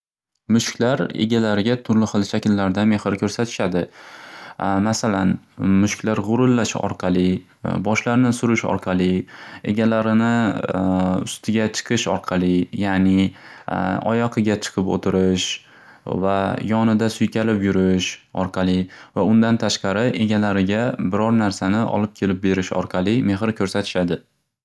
Mushuklar egalariga turli xil shakllarda mehr ko'rsatishadi. Masalan mushuklar g'urullash orqali boshlarini surish orqali egalarini ustiga chiqish orqali yani oyoqiga chiqib o'tirish va yonida suykalib yurish orqali va undan tashqari egalariga biron narsani olib kelib berish orqali mehr ko'rsatishadi.